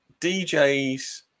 DJ's